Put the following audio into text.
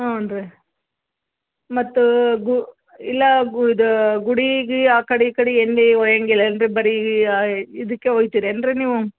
ಹ್ಞೂ ರೀ ಮತ್ತು ಗು ಇಲ್ಲ ಗು ಇದು ಗುಡಿಗೆ ಆ ಕಡೆ ಈ ಕಡೆ ಎಂದು ಹೆಂಗಿಲ್ಲ ಎಂದು ಬರೀ ಇದಕ್ಕೆ ಹೋಗ್ತೀರೇನು ರೀ ನೀವು